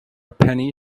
penny